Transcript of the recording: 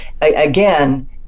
again